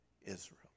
Israel